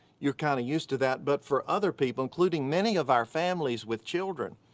you're kinda used to that, but for other people, including many of our families with children,